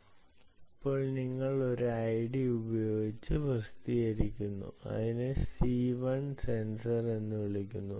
ഋ ഇപ്പോൾ നിങ്ങൾ ഒരു ഐഡി ഉപയോഗിച്ച് പ്രസിദ്ധീകരിക്കുന്നു അതിനെ സി 1 സെൻസർ എന്ന് വിളിക്കുന്നു